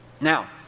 Now